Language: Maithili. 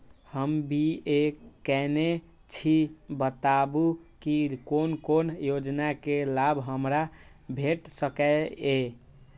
हम बी.ए केनै छी बताबु की कोन कोन योजना के लाभ हमरा भेट सकै ये?